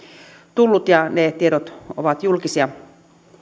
tullut ja ne tiedot ovat julkisia